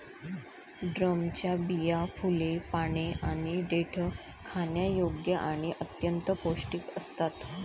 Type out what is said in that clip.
ड्रमच्या बिया, फुले, पाने आणि देठ खाण्यायोग्य आणि अत्यंत पौष्टिक असतात